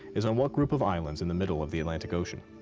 is on what group of islands in the middle of the atlantic ocean?